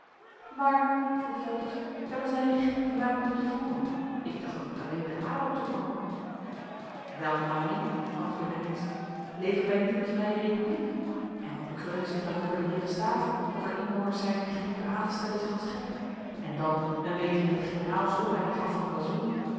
maar vroeg velters hebben zij recht die wapenen te voeren ik dacht dat dit alleen den adel toekwam wel mon ami antwoordde heynsz leven wij niet in een vrije republiek en wat bekreunen zich daarover de heeren staten of er inwoners zijn die gelieven aan te stellen zich als gekken en dan men weet hier in t generaal zoo weinig af van blazoen